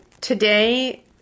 Today